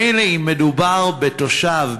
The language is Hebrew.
מילא אם מדובר בתושב,